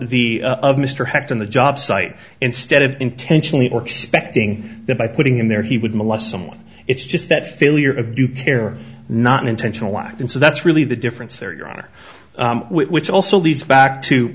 the of mr hecht on the job site instead of intentionally or expecting that by putting in there he would molest someone it's just that failure of due care not an intentional act and so that's really the difference here your honor which also leads back to